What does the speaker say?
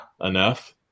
enough